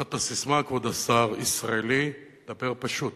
תחת הססמה, כבוד השר: "ישראלי, דבר פשוט".